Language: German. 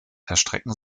erstrecken